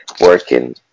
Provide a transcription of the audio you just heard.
working